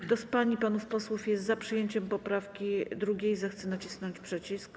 Kto z pań i panów posłów jest za przyjęciem 2 poprawki, zechce nacisnąć przycisk.